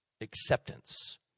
acceptance